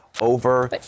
over